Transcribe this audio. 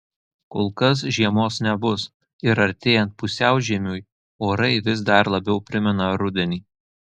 kol kas žiemos nebus ir artėjant pusiaužiemiui orai vis dar labiau primena rudenį